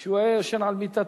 שהוא היה ישן על מיטתו,